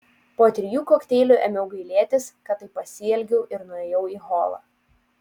po trijų kokteilių ėmiau gailėtis kad taip pasielgiau ir nuėjau į holą